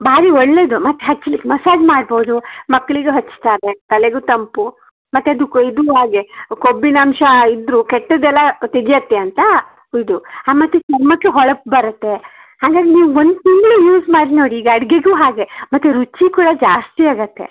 ಭಾರಿ ಒಳ್ಳೆಯದು ಮತ್ತು ಹಚ್ಲಿಕ್ಕೆ ಮಸಾಜ್ ಮಾಡ್ಬೋದು ಮಕ್ಕಳಿಗೂ ಹಚ್ತಾರೆ ತಲೆಗೂ ತಂಪು ಮತ್ತು ಅದು ಕೊ ಇದು ಹಾಗೆ ಕೊಬ್ಬಿನ ಅಂಶ ಇದ್ದರೂ ಕೆಟ್ಟದ್ದೆಲ್ಲ ತೆಗೆಯತ್ತೆ ಅಂತ ಇದು ಹಾಂ ಮತ್ತು ಚರ್ಮಕ್ಕೆ ಹೊಳಪು ಬರತ್ತೆ ಹಾಗಾಗಿ ನೀವು ಒಂದು ತಿಂಗಳು ಯೂಸ್ ಮಾಡಿ ನೋಡಿ ಈಗ ಅಡುಗೆಗೂ ಹಾಗೆ ಮತ್ತು ರುಚಿ ಕೂಡ ಜಾಸ್ತಿ ಆಗತ್ತೆ